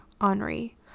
Henri